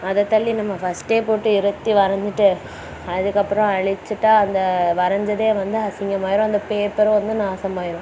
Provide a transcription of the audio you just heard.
அதை தள்ளி நம்ம ஃபஸ்ட்டே போட்டு இறுத்தி வரைஞ்சிட்டு அதுக்கப்புறம் அழிச்சிட்டா அந்த வரைஞ்சதே வந்து அசிங்கமாயிடும் அந்த பேப்பரும் வந்து நாசமாயிடும்